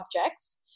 objects